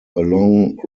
along